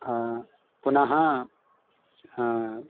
पुनः